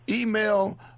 email